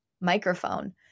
microphone